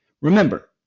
Remember